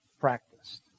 practiced